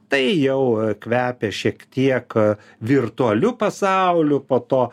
tai jau kvepia šiek tiek virtualiu pasauliu po to